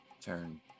turn